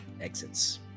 exits